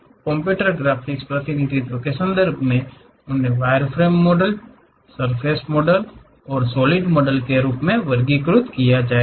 computer graphics के प्रतिनिधित्व के संदर्भ में उन्हें वायरफ्रेम मॉडल सर्फ़ेस मॉडल और सॉलिड मॉडल के रूप में वर्गीकृत किया जाएगा